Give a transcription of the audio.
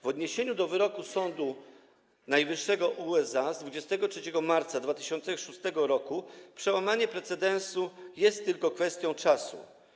W odniesieniu do wyroku Sądu Najwyższego USA z 23 marca 2006 r. przełamanie precedensu jest tylko kwestią czasu.